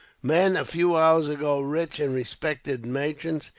men, a few hours ago rich and respected merchants,